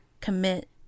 commit